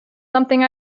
something